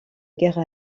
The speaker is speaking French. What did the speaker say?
guerre